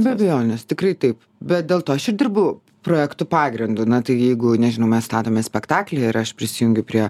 be abejonės tikrai taip bet dėl to aš ir dirbu projektų pagrindu na tai jeigu nežinau mes statome spektaklį ir aš prisijungiu prie